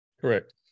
correct